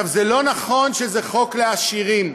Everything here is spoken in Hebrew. זה לא נכון שזה חוק לעשירים.